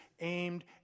aimed